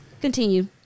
Continue